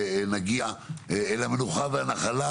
נגיע למנוחה ולנחלה,